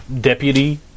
deputy